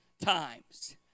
times